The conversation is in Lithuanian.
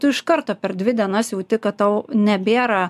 tu iš karto per dvi dienas jauti kad tau nebėra